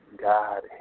God